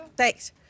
Thanks